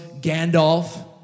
Gandalf